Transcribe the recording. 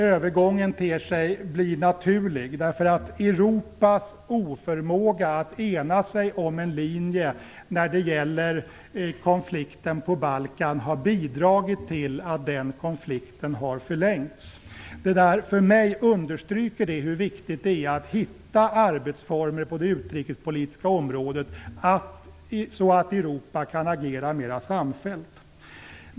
Övergången ter sig naturlig, eftersom Europas oförmåga att ena sig om en linje när det gäller konflikten på Balkan har bidragit till att den konflikten har förlängts. För mig understryker detta hur viktigt det är att hitta arbetsformer på det utrikespolitiska området så att Europa kan agera mer samfällt.